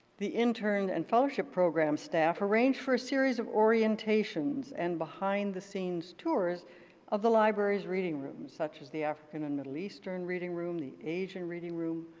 the intern and fellowship program staff arranged for a series of orientations and behind the scenes tours of the library's reading room such as the african and middle eastern reading room, the asian reading room,